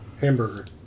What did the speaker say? Hamburger